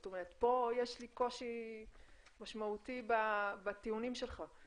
זאת אומרת, פה יש לי קושי משמעותי בטיעונים שלך.